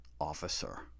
officer